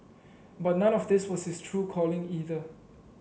but none of this was his true calling either